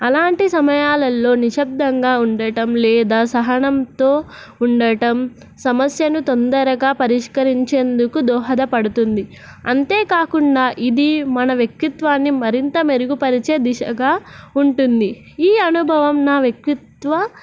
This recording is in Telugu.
అలాంటి సమయాలల్లో నిశబ్దంగా ఉండటం లేదా సహనంతో ఉండటం సమస్యను తొందరగా పరిష్కరించేందుకు దోహదపడుతుంది అంతేకాకుండా ఇది మన వ్యక్తిత్వాన్ని మరింత మెరుగుపరిచే దిశగా ఉంటుంది ఈ అనుభవం నా వ్యక్తిత్వ